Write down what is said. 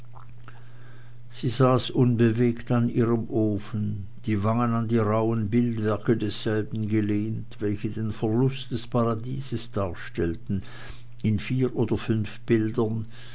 sie saß unbewegt an ihrem ofen die wangen an die rauhen bildwerke desselben gelehnt welche den verlust des paradieses darstellten in vier oder fünf bildern